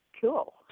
Cool